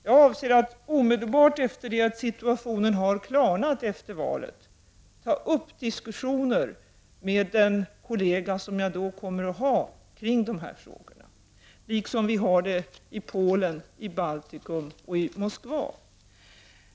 Jag avser att omedelbart efter det att situationen har klarnat efter valet ta upp diskussioner kring de här frågorna med den kollega som jag då kommer att ha — liksom vi har sådana diskussioner i Polen, Baltikum och Moskva.